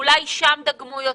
אולי שם דגמו יותר?